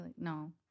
no